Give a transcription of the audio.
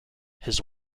his